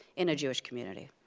in a jewish community.